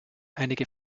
einige